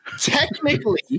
technically